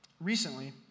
Recently